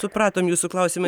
supratom jūsų klausimą